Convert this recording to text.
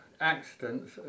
accidents